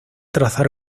trazar